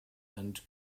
and